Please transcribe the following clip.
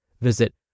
Visit